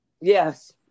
Yes